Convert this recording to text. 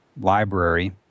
library